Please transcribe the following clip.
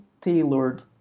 tailored